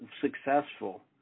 successful